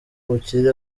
ubukire